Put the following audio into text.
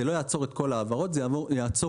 זה לא יעצור את כל ההעברות אלא זה יעצור